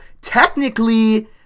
technically